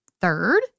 Third